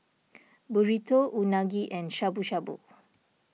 Burrito Unagi and Shabu Shabu